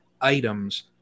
items